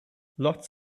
lots